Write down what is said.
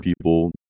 people